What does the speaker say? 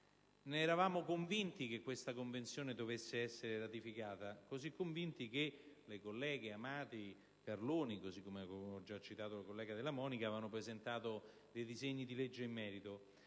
ad essere convinti che questa Convenzione dovesse essere ratificata: così convinti che le colleghe Amati, Carloni e la già citata collega Della Monica avevano presentato dei disegni di legge in merito.